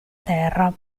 terra